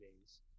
days